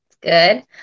Good